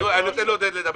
אני אתן לעודד לדבר.